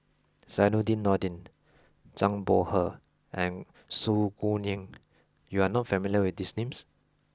Zainudin Nordin Zhang Bohe and Su Guaning you are not familiar with these names